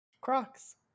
Crocs